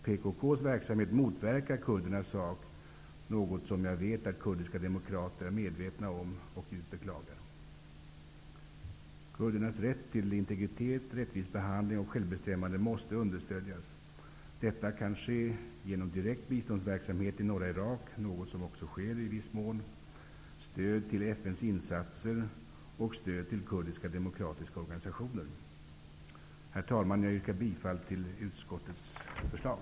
PKK:s verksamhet motverkar kurdernas sak, något som jag vet att kurdiska demokrater är medvetna om och djupt beklagar. Kurdernas rätt till integritet, rättvis behandling och självbestämmande måste understödjas. Detta kan ske genom direkt biståndsverksamhet i norra Irak, vilket också sker i viss mån, och genom stöd till FN:s insatser och till kurdiska demokratiska organisationer. Herr talman! Jag yrkar bifall till utskottets hemställan.